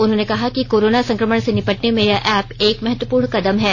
उन्होंने कहा कि कोरोना संक्रमण से निपटने में यह ऐप एक महत्वपूर्ण कदम है